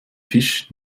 fisch